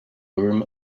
urim